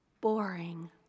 boring